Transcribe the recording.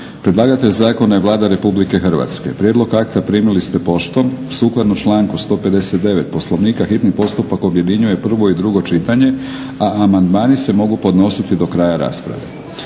Predlagatelj zakona je Vlada Republike Hrvatske. Prijedlog akta primili ste poštom. Sukladno članku 159. Poslovnika hitni postupak objedinjuje prvo i drugo čitanje, a amandmani se mogu podnositi do kraja rasprave.